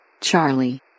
Charlie